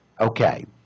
Okay